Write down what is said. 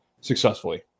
successfully